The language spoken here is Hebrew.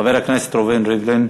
חבר הכנסת ראובן ריבלין.